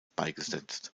beigesetzt